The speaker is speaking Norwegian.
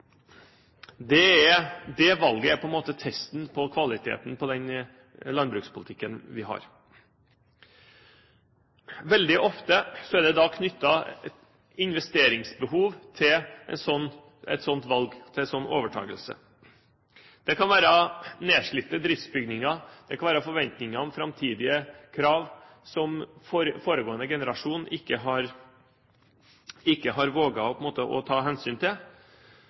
Det valget er på en måte testen på kvaliteten på den landbrukspolitikken vi har. Veldig ofte er det knyttet investeringsbehov til et sånt valg, til en sånn overtakelse. Det kan være nedslitte driftsbygninger, det kan være forventninger om framtidige krav som foregående generasjon ikke har våget å ta hensyn til.